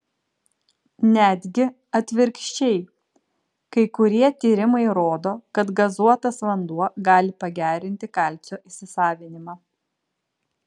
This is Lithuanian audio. netgi atvirkščiai kai kurie tyrimai rodo kad gazuotas vanduo gali pagerinti kalcio įsisavinimą